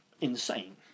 insane